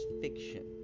Fiction